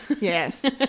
yes